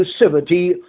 exclusivity